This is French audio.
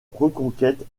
reconquête